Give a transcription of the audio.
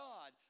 God